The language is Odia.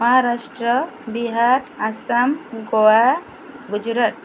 ମହାରାଷ୍ଟ୍ର ବିହାର ଆସାମ ଗୋଆ ଗୁଜୁରାଟ